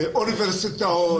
אוניברסיטאות.